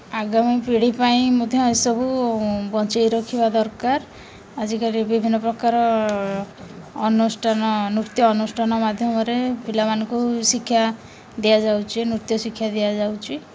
ଆଗାମୀ ପିଢ଼ି ପାଇଁ ମଧ୍ୟ ଏସବୁ ବଞ୍ଚାଇ ରଖିବା ଦରକାର ଆଜିକାଲି ବିଭିନ୍ନପ୍ରକାର ଅନୁଷ୍ଠାନ ନୃତ୍ୟ ଅନୁଷ୍ଠାନ ମାଧ୍ୟମରେ ପିଲାମାନଙ୍କୁ ଶିକ୍ଷା ଦିଆଯାଉଛି ନୃତ୍ୟ ଶିକ୍ଷା ଦିଆଯାଉଛି